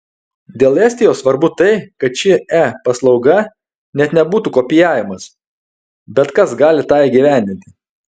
dėl estijos svarbu tai kad ši e paslauga net nebūtų kopijavimas bet kas gali tą įgyvendinti